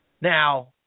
Now